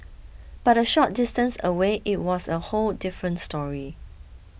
but a short distance away it was a whole different story